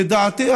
לדעתי,